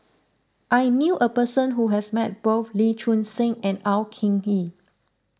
I knew a person who has met both Lee Choon Seng and Au King Hee